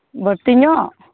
ᱵᱟᱹᱲᱛᱤ ᱧᱚᱜ